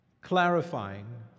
clarifying